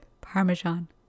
parmesan